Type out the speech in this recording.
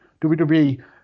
WWE